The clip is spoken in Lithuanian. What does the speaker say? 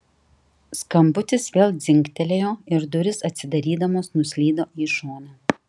skambutis vėl dzingtelėjo ir durys atsidarydamos nuslydo į šoną